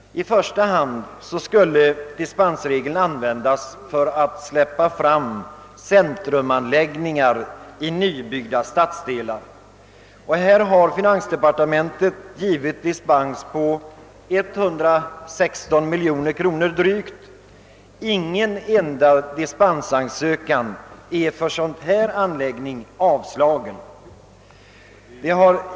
I första hand skulle dispensregeln användas för centrumanläggningar i nybyggda stadsdelar. För detta ändamål har finansdepartementet beviljat dispenser för byggen på drygt 116 miljoner kronor. Inte någon dispensansökan för sådana anläggningar har avslagits.